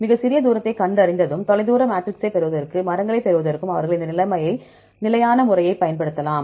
மிகச்சிறிய தூரத்தைக் கண்டறிந்ததும் தொலைதூர மேட்ரிக்ஸைப் பெறுவதற்கும் மரங்களைப் பெறுவதற்கும் அவர்கள் இந்த நிலையான முறையைப் பயன்படுத்தலாம்